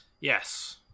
Yes